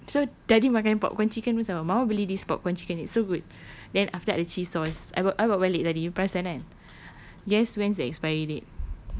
kan so tadi makan popcorn chicken pun sama mama beli this popcorn chicken it's so good then after that ada cheese sauce I I bawa balik tadi you perasan kan guess when's the expiry date